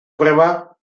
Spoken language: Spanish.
prueba